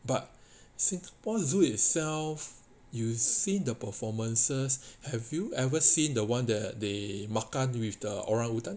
but singapore zoo itself you see the performances have you ever seen the one where they makan with the orangutan